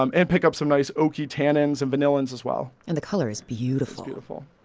um and pick up some nice oaky tannins and vanillins as well and the color is beautiful beautiful